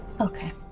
Okay